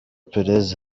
perez